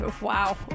Wow